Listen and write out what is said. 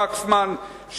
וקסמן,